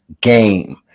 game